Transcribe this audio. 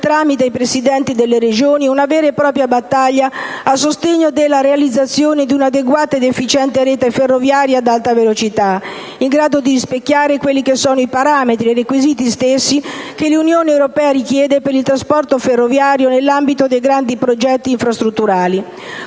tramite i Presidenti delle Regioni, una vera e propria battaglia a sostegno della realizzazione di un'adeguata ed efficiente rete ferroviaria ad alta velocità, in grado di rispecchiare quelli che sono i parametri ed i requisiti stessi che l'Unione europea richiede per il trasporto ferroviario nell'ambito dei grandi progetti infrastrutturali.